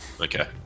Okay